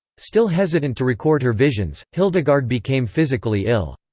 still hesitant to record her visions, hildegard became physically ill.